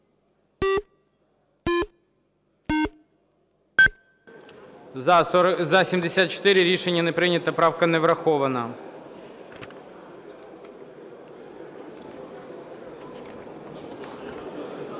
За-83 Рішення не прийнято. Правка не врахована.